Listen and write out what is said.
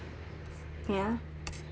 ya